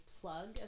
plug